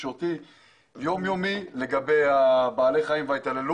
תקשורתי יום יומי בכל מה שקשור להתעללות בבעלי חיים.